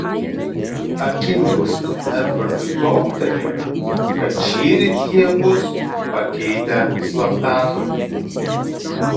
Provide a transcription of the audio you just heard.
akimirksniu edvardui toptelėjo kad šįryt jie bus pakeitę slaptažodį